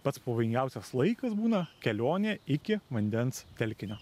pats pavojingiausias laikas būna kelionė iki vandens telkinio